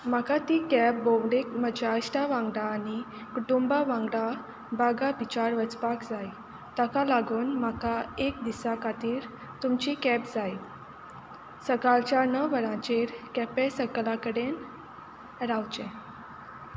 म्हाका ती कॅब भोंवडेक म्हज्या इश्टा वांगडा आनी कुटुंबा वांगडा बागा बिचार वचपाक जाय ताका लागून म्हाका एक दिसा खातीर तुमची कॅब जाय सकाळच्या णव वराचेर केंप्या सक्कलां कडेन रावचें